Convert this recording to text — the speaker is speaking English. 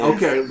Okay